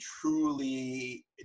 truly